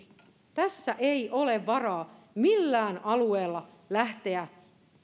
tässä ei ole varaa millään alueella lähteä